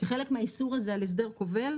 כחלק מהאיסור הזה על הסדר כובל,